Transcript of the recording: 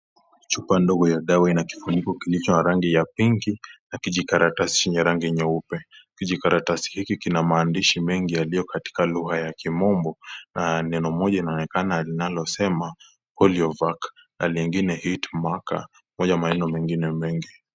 Chupa ndogo ya dawa ina kifuniko kilicho na rangi ya pinki na kijikaratasi chenye rangi nyeupe. Kijikaratasi hiki kina maandishi mengi yaliyo katika lugha ya kimombo na neno moja linaonekana linalosema polio vacc na lingine hit maker pamoja na maneno mengine mengi.